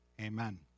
amen